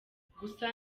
gusa